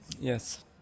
yes